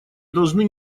должны